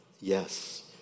yes